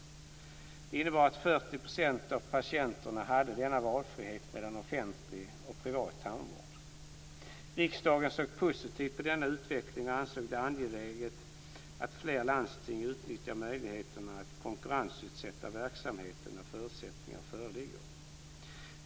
Det innebar att ca 40 % av patienterna hade denna frihet att välja mellan offentlig och privat tandvård. Riksdagen såg positivt på denna utveckling och ansåg det angeläget att fler landsting utnyttjar möjligheterna att konkurrensutsätta verksamheten när förutsättningar föreligger.